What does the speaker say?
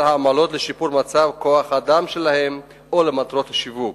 העמלות לשיפור מצב כוח-האדם שלהן או למטרות השיווק.